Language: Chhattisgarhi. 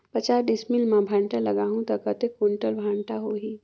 पचास डिसमिल मां भांटा लगाहूं ता कतेक कुंटल भांटा होही?